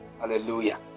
Hallelujah